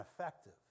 effective